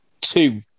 two